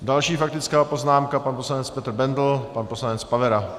Další faktická poznámka, pan poslanec Petr Bendl, pan poslanec Pavera.